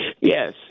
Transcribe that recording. Yes